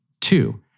Two